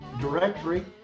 directory